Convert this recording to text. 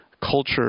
culture